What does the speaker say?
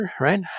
right